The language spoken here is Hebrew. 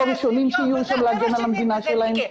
הראשונים שיהיו שם להגן על המדינה שלהם.